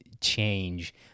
change